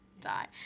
die